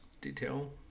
detail